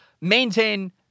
maintain